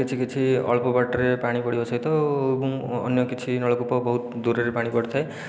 କିଛି କିଛି ଅଳ୍ପ ବାଟରେ ପାଣି ପଡ଼ିବା ସହିତ ଏବଂ ଅନ୍ୟ କିଛି ନଳକୂପ ବହୁତ ଦୂରରେ ପାଣି ପଡ଼ିଥାଏ